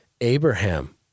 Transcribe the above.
Abraham